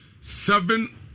seven